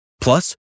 Plus